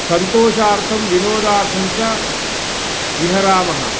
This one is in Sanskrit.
सन्तोषार्थं विनोदार्थं च विहरामः